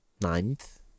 ninth